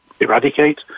eradicate